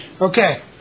Okay